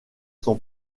son